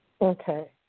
Okay